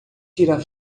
tirar